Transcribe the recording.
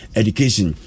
education